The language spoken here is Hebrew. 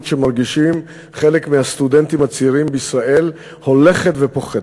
שמרגישים חלק מהסטודנטים הצעירים בישראל הולכת ופוחתת.